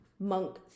monk